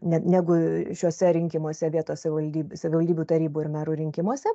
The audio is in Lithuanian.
ne negu šiuose rinkimuose vietos savivaldybių savivaldybių tarybų ir merų rinkimuose